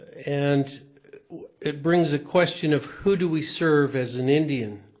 and it brings a question of who do we serve as an indian.